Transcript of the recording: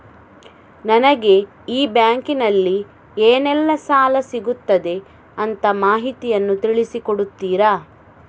ನನಗೆ ಈ ಬ್ಯಾಂಕಿನಲ್ಲಿ ಏನೆಲ್ಲಾ ಸಾಲ ಸಿಗುತ್ತದೆ ಅಂತ ಮಾಹಿತಿಯನ್ನು ತಿಳಿಸಿ ಕೊಡುತ್ತೀರಾ?